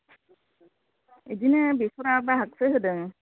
बिदिनो बेसरा बाहागसो होदों